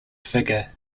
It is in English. figure